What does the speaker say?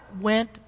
went